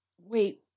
wait